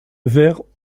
vers